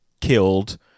killed